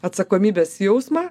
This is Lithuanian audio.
atsakomybės jausmą